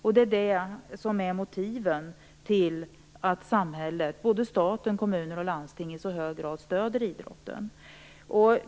Detta är också i hög grad motivet för att staten, kommuner och landsting stöder idrotten.